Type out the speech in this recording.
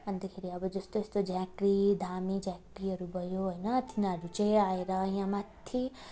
अन्तखेरि अब जस्तो यस्तो झाँक्री धामी झाँक्रीहरू भयो होइन तिनीहरू चाहिँ आएर यहाँ माथि